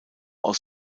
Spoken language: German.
aus